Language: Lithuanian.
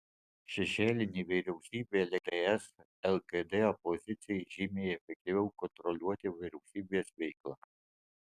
šešėlinė vyriausybė leis ts lkd opozicijai žymiai efektyviau kontroliuoti vyriausybės veiklą